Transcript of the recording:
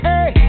Hey